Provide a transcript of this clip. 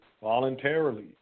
voluntarily